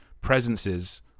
presences